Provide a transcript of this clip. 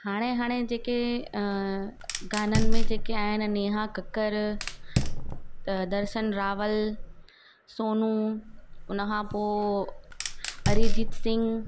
हाणे हाणे जेके अ गाननि में जेके आहिनि नेहा कक्कर अ दर्शन रावल सोनू उनखां पोइ अरिजीत सिंह